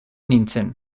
nintzen